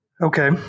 Okay